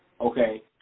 Okay